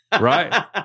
Right